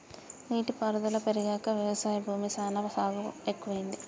నీటి పారుదల పెరిగాక వ్యవసాయ భూమి సానా సాగు ఎక్కువైంది